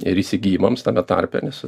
ir įsigijimams tame tarpe nes